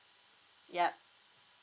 ya